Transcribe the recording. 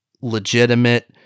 legitimate